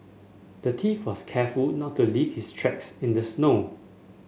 the thief was careful not to leave his tracks in the snow